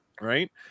right